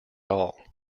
all